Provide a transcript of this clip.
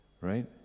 Right